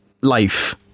life